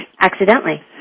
Accidentally